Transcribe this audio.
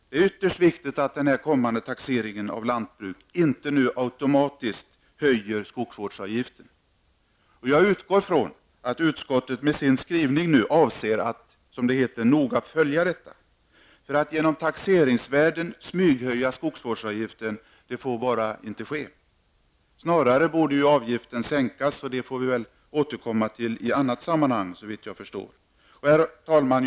Det är ytterst viktigt att den kommande taxeringen av lantbruk inte automatiskt höjer skogsvårdsavgiften. Jag utgår från att utskottet med sin skrivning avser att, som det heter, noga följa detta. En smyghöjning av skogsvårdsavgiften genom taxeringsvärdet får bara inte ske. Avgiften borde snarare sänkas, men det får vi återkomma till i annat sammanhang. Herr talman!